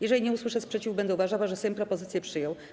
Jeżeli nie usłyszę sprzeciwu, będę uważała, że Sejm propozycję przyjął.